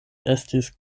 estis